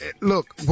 look